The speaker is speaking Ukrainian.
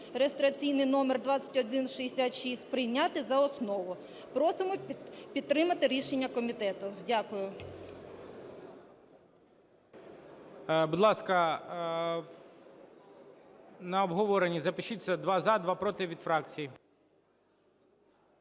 (реєстраційний номер 2166), прийняти за основу. Просимо підтримати рішення комітету. Дякую.